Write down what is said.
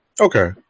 Okay